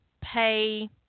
Pay